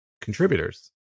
contributors